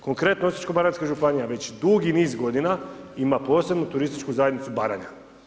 Konkretno Osječko-baranjska županija već dugi niz godina ima posebnu Turističku zajednicu Baranja.